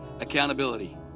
accountability